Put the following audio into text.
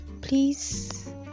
please